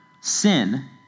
sin